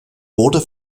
wurde